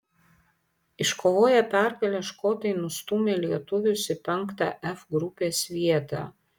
iškovoję pergalę škotai nustūmė lietuvius į penktą f grupės vietą